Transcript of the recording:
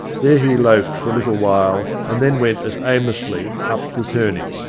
there he loafed for a little while, and then went as aimlessly up the turning,